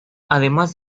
además